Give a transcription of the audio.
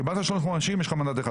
אם קבלת 350 יש לך שני מנדטים,